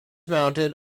mounted